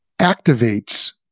activates